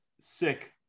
sick